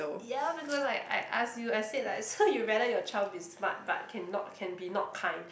ya because I I asked you I said like so you rather your child be smart but cannot can be not kind